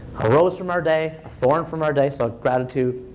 a rose from our day, a thorn from our day so gratitude,